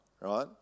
Right